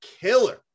killer